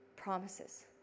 promises